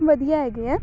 ਵਧੀਆ ਹੈਗੇ ਹੈ